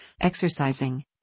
exercising